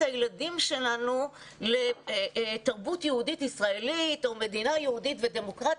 הילדים שלנו לתרבות יהודית ישראלית או מדינה יהודית ודמוקרטית,